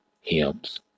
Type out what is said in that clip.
hymns